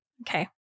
Okay